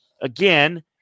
again